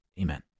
Amen